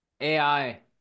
AI